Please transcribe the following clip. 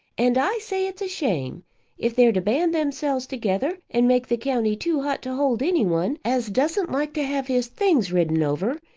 and i say it's a shame if they're to band themselves together and make the county too hot to hold any one as doesn't like to have his things ridden over,